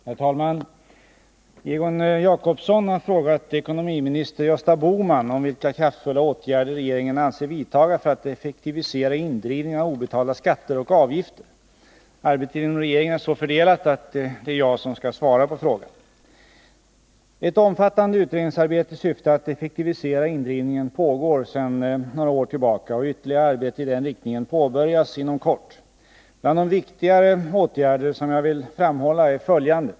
Herr talman! Egon Jacobsson har frågat ekonomiminister Gösta Bohman vilka kraftfulla åtgärder regeringen avser vidta för att effektivisera indrivningen av obetalda skatter och avgifter. Arbetet inom regeringen är så fördelat att det är jag som skall svara på frågan. Ett omfattande utredningsarbete i syfte att effektivisera indrivningen pågår sedan några år tillbaka, och ytterligare arbete i den riktningen påbörjas inom kort. Bland de viktigare åtgärder som jag vill framhålla är följande.